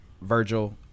Virgil